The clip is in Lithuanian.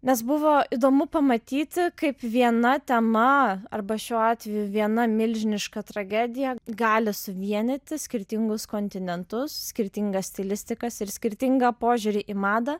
nes buvo įdomu pamatyti kaip viena tema arba šiuo atveju viena milžiniška tragedija gali suvienyti skirtingus kontinentus skirtingas stilistikas ir skirtingą požiūrį į madą